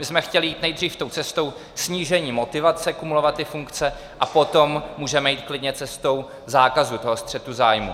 My jsme chtěli jít nejdřív cestou snížení motivace kumulovat funkce, a potom můžeme jít klidně cestou zákazu střetu zájmů.